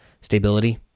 stability